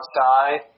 outside